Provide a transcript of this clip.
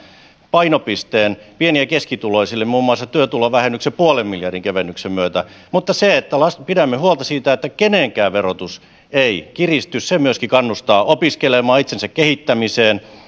painopisteen pieni ja keskituloisille muun muassa työtulovähennyksen puolen miljardin kevennyksen myötä mutta pidämme huolta siitä että kenenkään verotus ei kiristy se myöskin kannustaa opiskelemaan itsensä kehittämiseen